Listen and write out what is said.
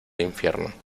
infierno